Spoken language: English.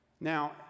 Now